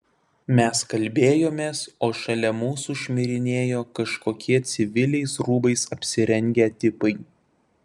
mes kalbėjomės o šalia mūsų šmirinėjo kažkokie civiliais rūbais apsirengę tipai